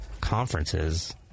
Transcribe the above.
conferences